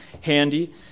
handy